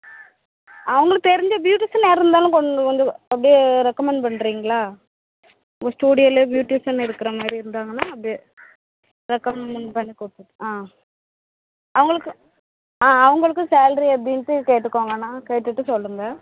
அவங்களுக்கு தெரிஞ்ச ப்யூட்டிஷன் யார் இருந்தாலும் கொண்டு வந்து அப்படியே ரெக்கமண்ட் பண்ணுறீங்களா உங்கள் ஸ்டுடியோலேயே ப்யூட்டிஷன் இருக்கிற மாதிரி இருந்தாங்கன்னா அப்படியே ரெக்கமண்ட் பண்ணி கூப்பிட்டு ஆ அவங்களுக்கு ஆ அவங்களுக்கும் சேல்ரி எப்படின்ட்டு கேட்டுக்கோங்கண்ணா கேட்டுட்டு சொல்லுங்கள்